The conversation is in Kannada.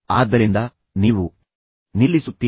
ಆದ್ದರಿಂದ ನೀವು ನಿಲ್ಲಿಸುತ್ತೀರಿ